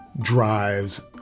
drives